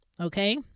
Okay